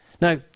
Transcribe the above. now